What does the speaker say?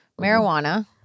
Marijuana